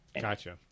Gotcha